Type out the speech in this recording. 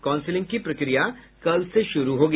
counselling की प्रक्रिया कल से शुरू होगी